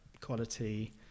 quality